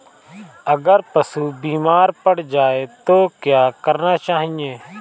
अगर पशु बीमार पड़ जाय तो क्या करना चाहिए?